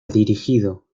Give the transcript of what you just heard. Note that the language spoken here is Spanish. dirigido